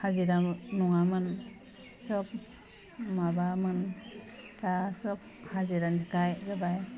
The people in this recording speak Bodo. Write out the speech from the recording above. हाजिरा मह नङामोन सब माबामोन दा सब हाजिरानि गायजाबाय